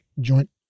joint